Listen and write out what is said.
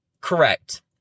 Correct